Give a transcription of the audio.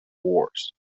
wars